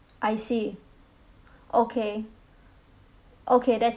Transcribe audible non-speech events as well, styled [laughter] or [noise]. I see [breath] okay [breath] okay that's